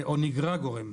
או שנגרע גורם.